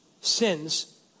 sins